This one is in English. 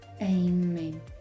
amen